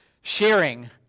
sharing